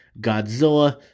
Godzilla